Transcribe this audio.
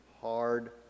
hard